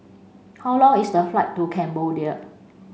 how long is the flight to Cambodia